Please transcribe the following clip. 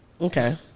Okay